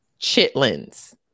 chitlins